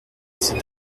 ces